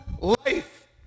life